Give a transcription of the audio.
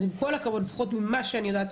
אז עם כל הכבוד לפחות ממה שאני יודעת,